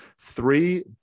Three